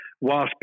whilst